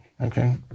Okay